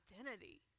identity